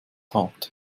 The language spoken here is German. hart